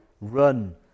run